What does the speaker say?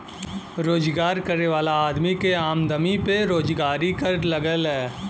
रोजगार करे वाला आदमी के आमदमी पे रोजगारी कर लगला